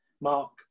Mark